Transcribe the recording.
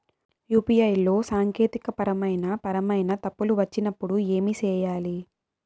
UPI లో సాంకేతికపరమైన పరమైన తప్పులు వచ్చినప్పుడు ఏమి సేయాలి